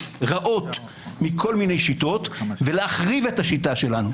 רעות מכל מיני שיטות ולהחריב את השיטה שלנו.